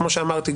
כמו שאמרתי,